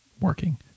working